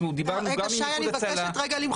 אנחנו דיברנו גם עם איחוד הצלה --- שי אני מבקשת רגע למחות,